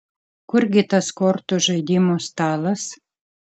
kur gi tas kortų žaidimo stalas